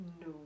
no